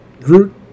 Groot